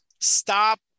stop